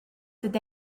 dad